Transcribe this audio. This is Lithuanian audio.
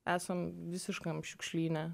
esam visiškam šiukšlyne